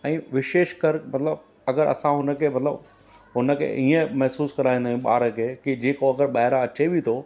ऐं विशेष कर मतिलबु अगरि असां हुन खे मतिलबु उन खे ईअं महसूसु कराईंदा आहियूं ॿार खे की जेको अगरि ॿाहिरां अचे बि थो